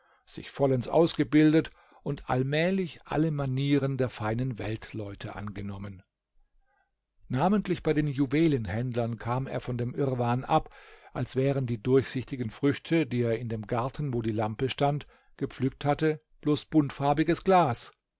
sich vollends ausgebildet und allmählich alle manieren der feinen weltleute angenommen namentlich bei den juwelenhändlern kam er von dem irrwahn ab als wären die durchsichtigen früchte die er in dem garten wo die lampe stand gepflückt hatte bloß buntfarbiges glas